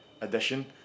edition